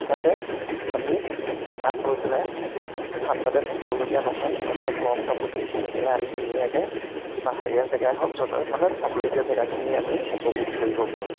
যাতে আমি তাত গৈ পেলাই ঠাণ্ডাতে থাকিবলগীয়া নহয় অৰ্থাৎ গৰম কাপোৰখিনি পিন্ধি পেলাই আমি ধুনীয়াকৈ পাহাৰীয়া জেগাই হওক য'ত হওক মানে চাবলগীয়া জেগাখিনি আমি উপভোগ কৰিব পাৰোঁ